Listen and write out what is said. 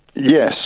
Yes